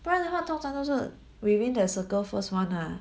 不然的话通常都是 within the circle first [one] ah